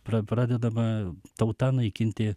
pra pradedama tauta naikinti